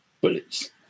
Bullets